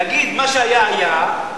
להגיד שמה שהיה היה,